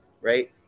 right